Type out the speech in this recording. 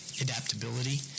adaptability